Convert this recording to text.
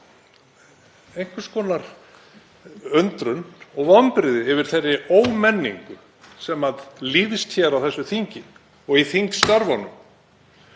einhvers konar undrun og vonbrigði yfir þeirri ómenningu sem líðst hér á þessu þingi og í þingstörfunum.